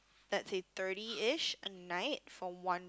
let's say thirty each a night for one